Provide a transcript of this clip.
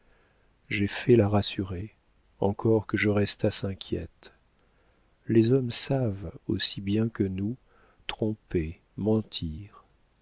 j'ai fait la rassurée encore que je restasse inquiète les hommes savent aussi bien que nous tromper mentir